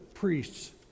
priests